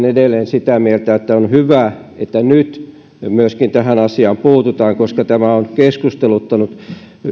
edelleen sitä mieltä että on hyvä että nyt myöskin tähän asiaan puututaan koska tämä on keskusteluttanut